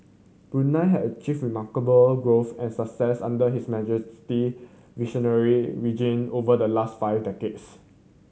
Brunei had achieved remarkable growth and success under His Majesty visionary region over the last five decades